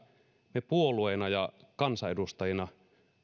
me puolueena ja kansanedustajina